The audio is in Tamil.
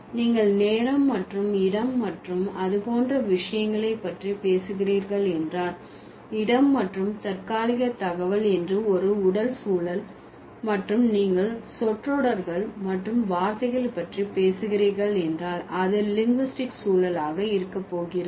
நீங்கள் நேரம் மற்றும் இடம் மற்றும் அது போன்ற விஷயங்களை பற்றி பேசுகிறீர்கள் என்றால் இடம் மற்றும் தற்காலிக தகவல் என்று ஒரு உடல் சூழல் மற்றும் நீங்கள் சொற்றொடர்கள் மற்றும் வார்த்தைகள் பற்றி பேசுகிறீர்கள் என்றால் அது லிங்குஸ்டிக் சூழலாக இருக்க போகிறது